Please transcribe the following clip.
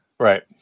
Right